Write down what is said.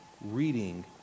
reading